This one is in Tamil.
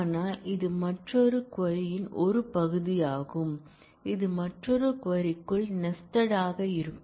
ஆனால் இது மற்றொரு க்வரி ன் ஒரு பகுதியாகும் இது மற்றொரு க்வரி க்குள் நெஸ்டட் ஆக இருக்கும்